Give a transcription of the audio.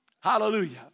Hallelujah